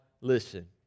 listen